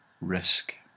risk